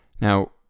Now